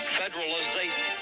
federalization